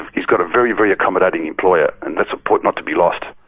he's got a very, very accommodating employer, and that's a point not to be lost.